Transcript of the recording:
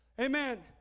Amen